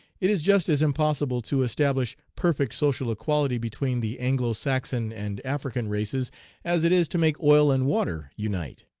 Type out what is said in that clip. it is just as impossible to establish perfect social equality between the anglo-saxon and african races as it is to make oil and water unite.